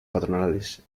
patronales